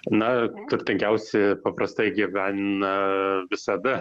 na turtingiausi paprastai gyvena visada